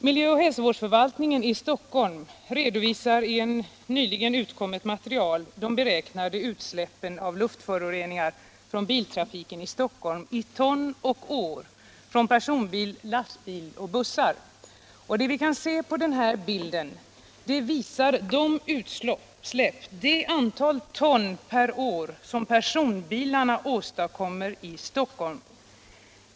Miljö och hälsovårdsförvaltningen i Stockholm redovisar i ett nyligen utkommet material de beräknade utsläppen av luftföroreningar från biltrafiken i Stockholm räknat i ton och år från personbilar, lastbilar och bussar. Bilden visar utsläpp av luftföroreningar i ton och år som personbilarna åstadkommer i Stockholm.